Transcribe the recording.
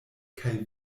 kaj